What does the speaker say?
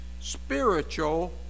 spiritual